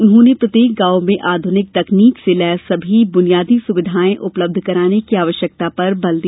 उन्होंने प्रत्येक गांव में आध्निक तकनीक से लैस समी बुनियादी सुविधाए उपलब्ध कराने की आवश्यकता पर बल दिया